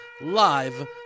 live